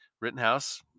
Rittenhouse